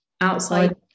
outside